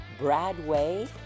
Bradway